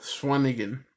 Swanigan